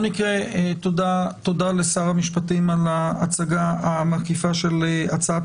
תודה לשר המשפטים על ההצגה המקיפה של הצעת